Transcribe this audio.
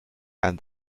and